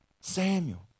Samuel